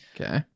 Okay